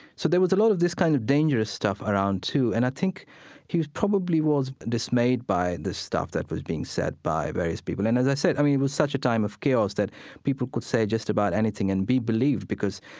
so there was a lot of this kind of dangerous stuff around, too. and i think he probably was dismayed by this stuff that was being said by various people. and, as i said, i mean, it was such a time of chaos that people could say just about anything and be believed, because,